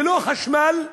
ללא חשמל?